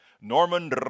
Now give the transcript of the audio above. Norman